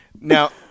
Now